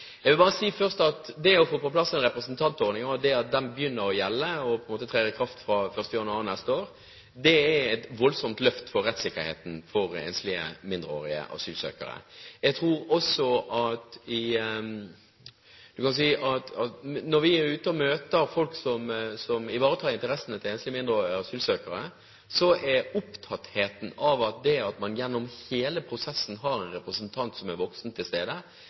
og det at den begynner å gjelde, trer i kraft, fra 1. januar neste år, er et voldsomt løft for rettssikkerheten for enslige, mindreårige asylsøkere. Når vi er ute og møter folk som ivaretar interessene til enslige, mindreårige asylsøkere, er de opptatt av at man gjennom hele prosessen har én representant som er voksen, til stede,